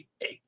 eight